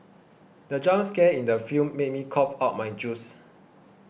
the jump scare in the film made me cough out my juice